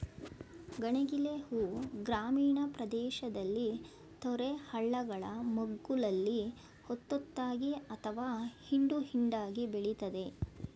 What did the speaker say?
ಗಣಗಿಲೆ ಹೂ ಗ್ರಾಮೀಣ ಪ್ರದೇಶದಲ್ಲಿ ತೊರೆ ಹಳ್ಳಗಳ ಮಗ್ಗುಲಲ್ಲಿ ಒತ್ತೊತ್ತಾಗಿ ಅಥವಾ ಹಿಂಡು ಹಿಂಡಾಗಿ ಬೆಳಿತದೆ